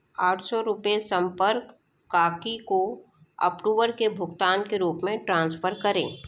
आठ सौ रुपये संपर्क काकी को अक्टूबर के भुगतान के रूप में ट्रांसफ़र करें